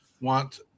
want